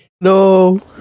No